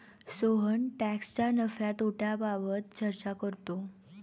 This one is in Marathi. सोहन टॅक्सच्या नफ्या तोट्याबाबत चर्चा करतो